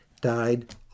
died